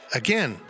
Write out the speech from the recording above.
again